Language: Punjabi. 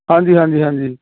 ਹਾਂਜੀ ਹਾਂਜੀ ਹਾਂਜੀ